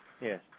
Yes